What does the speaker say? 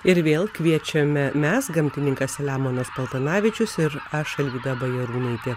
ir vėl kviečiame mes gamtininkas selemonas paltanavičius ir aš alvyda bajarūnaitė